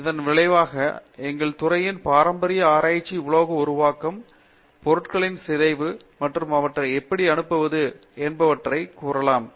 இதன் விளைவாக எங்கள் துறையின் பாரம்பரியமாக ஆராய்ச்சி உலோக உருவாக்கம் பொருட்களின் சிதைவு மற்றும் அவற்றை எப்படி அனுப்புவது என்பவற்றைக் கூறலாம்